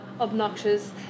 obnoxious